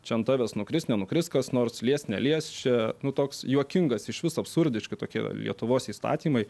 čia ant tavęs nukris nenukris kas nors lies nelies čia nu toks juokingas išvis absurdiški tokie lietuvos įstatymai